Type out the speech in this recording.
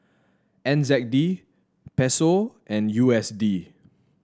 N Z D Peso and U S D